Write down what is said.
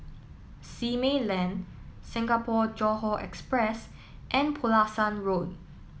Simei Lane Singapore Johore Express and Pulasan Road